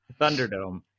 Thunderdome